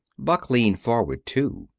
buck leaned forward, too.